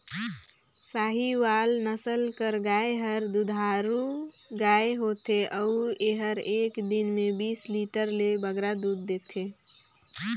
साहीवाल नसल कर गाय हर दुधारू गाय होथे अउ एहर एक दिन में बीस लीटर ले बगरा दूद देथे